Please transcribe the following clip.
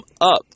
up